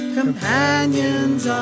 companions